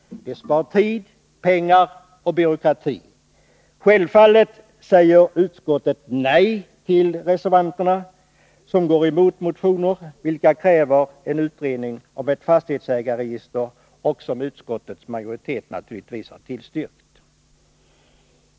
Det tar tid och pengar och minskar byråkratin. Självfallet säger utskottet nej till reservanterna, som går emot motionerna. Motionärerna kräver en utredning om ett fastighetsägarregister, vilket utskottsmajoriteten tillstyrkt.